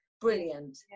Brilliant